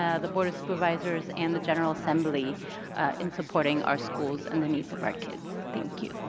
ah the board of supervisors and the general assembly in supporting our schools and the needs of our kids. thank you.